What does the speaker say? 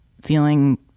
feeling